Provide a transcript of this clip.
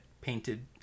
painted